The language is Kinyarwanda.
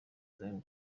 zion